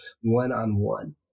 one-on-one